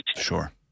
Sure